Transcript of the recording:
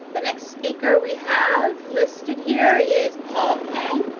the next speaker we have listed here is paul king.